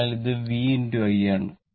അതിനാൽ ഇത് v i ആണ്